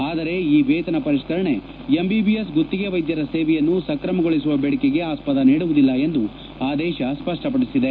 ಆದರೆ ಈ ವೇತನ ಪರಿಷ್ಕರಣೆ ಎಂಬಿಬಿಎಸ್ ಗುತ್ತಿಗೆ ವೈದ್ಯರ ಸೇವೆಯನ್ನು ಸಕ್ರಮಗೊಳಿಸುವ ಬೇಡಿಕೆಗೆ ಆಸ್ಪದ ನೀಡುವುದಿಲ್ಲ ಎಂದು ಆದೇಶ ಸ್ಪಷ್ಟಪಡಿಸಿದೆ